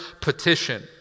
petition